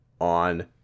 on